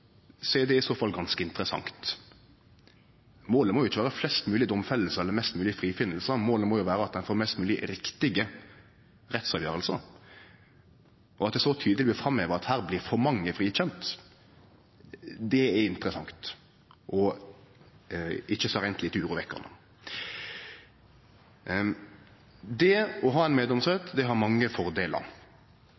så fall ganske interessant. Målet må jo ikkje vere å få flest mogleg domfellingar eller flest moglege frifinningar – målet må jo vere at ein får flest mogleg riktige rettsavgjerder. At det så tydeleg blir framheva at for mange blir frifunne, er interessant og ikkje så reint lite urovekkjande. Å ha ein meddomsrett har mange fordelar. Men det å ha ein